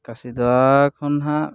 ᱠᱟᱥᱤᱫᱟᱦᱟ ᱠᱷᱚᱱ ᱱᱟᱦᱟᱜ